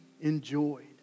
enjoyed